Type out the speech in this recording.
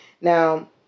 Now